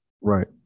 Right